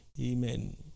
amen